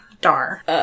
Dar